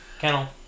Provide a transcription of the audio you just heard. Kennel